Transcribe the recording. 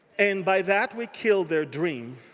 and by that we killed their dream